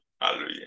Hallelujah